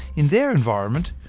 in their environment,